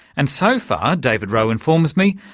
and so far, david rowe informs me,